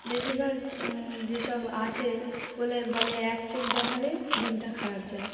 বেশিরভাগ যেসব আছে বলে বলে এক চোখ দেখালে দিনটা খারাপ যায়